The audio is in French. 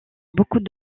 beaucoup